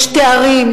יש תארים,